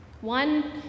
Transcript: One